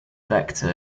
vector